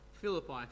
Philippi